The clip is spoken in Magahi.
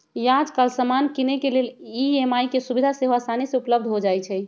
याजकाल समान किनेके लेल ई.एम.आई के सुभिधा सेहो असानी से उपलब्ध हो जाइ छइ